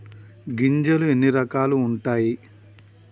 గింజలు ఎన్ని రకాలు ఉంటాయి?